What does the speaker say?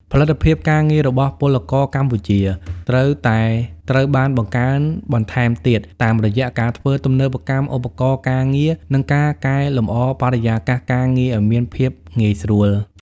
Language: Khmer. ផលិតភាពការងាររបស់ពលករកម្ពុជាត្រូវតែត្រូវបានបង្កើនបន្ថែមទៀត តាមរយៈការធ្វើទំនើបកម្មឧបករណ៍ការងារ និងការកែលម្អបរិយាកាសការងារឱ្យមានភាពងាយស្រួល។